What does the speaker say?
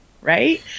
right